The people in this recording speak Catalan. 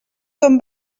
ton